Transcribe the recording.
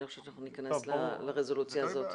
אני לא חושבת שאנחנו ניכנס לרזולוציה הזאת.